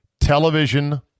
Television